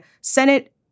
Senate